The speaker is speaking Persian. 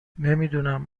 نمیدونم